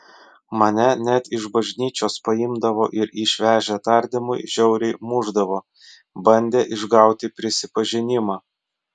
mane net iš bažnyčios paimdavo ir išvežę tardymui žiauriai mušdavo bandė išgauti prisipažinimą